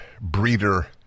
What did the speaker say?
breeder